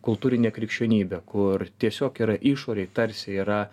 kultūrinė krikščionybė kur tiesiog yra išorėj tarsi yra